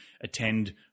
attend